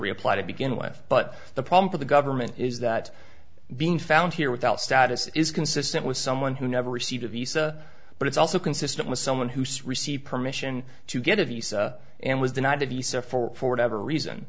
reapply to begin with but the problem for the government is that being found here without status is consistent with someone who never received a visa but it's also consistent with someone who received permission to get a visa and was denied a visa for whatever reason